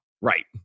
Right